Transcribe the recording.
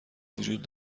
وجود